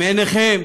מעיניכם